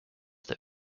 that